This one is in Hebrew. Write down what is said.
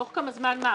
תוך כמה זמן מה?